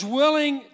willing